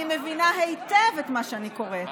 אני מבינה היטב את מה שאני קוראת.